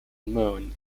moon